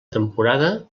temporada